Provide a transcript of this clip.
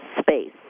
space